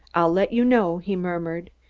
i'll let you know, he murmured.